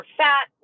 fat